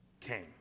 came